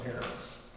parents